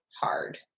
hard